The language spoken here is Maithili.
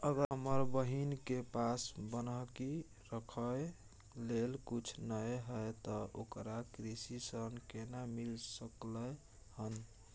अगर हमर बहिन के पास बन्हकी रखय लेल कुछ नय हय त ओकरा कृषि ऋण केना मिल सकलय हन?